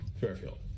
fairfield